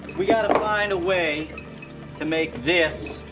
we gotta find a way to make this,